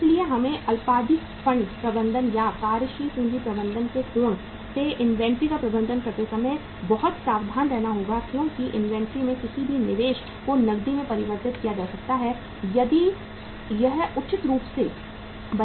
इसलिए हमें अल्पावधि फंड प्रबंधन या कार्यशील पूंजी प्रबंधन के कोण से इन्वेंट्री का प्रबंधन करते समय बहुत सावधान रहना होगा क्योंकि इन्वेंट्री में किसी भी निवेश को नकदी में परिवर्तित किया जा सकता है यदि यह उचित रूप से बनाया गया है